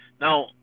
Now